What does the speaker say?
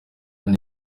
kuri